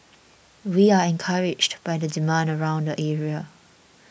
we are encouraged by the demand around the area